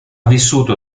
vissuto